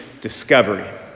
discovery